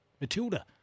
Matilda